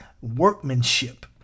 workmanship